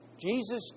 Jesus